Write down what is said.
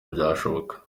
byashoboka